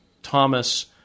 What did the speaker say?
Thomas